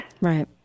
Right